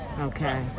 Okay